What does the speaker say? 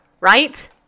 right